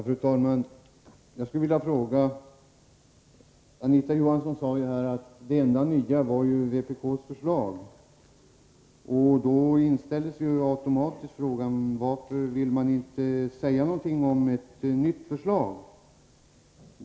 Fru talman! Anita Johansson sade att det enda nya är vpk:s förslag. Då inställer sig automatiskt frågan varför hon inte vill säga någonting om detta nya förslag.